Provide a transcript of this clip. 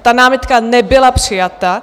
Ta námitka nebyla přijata.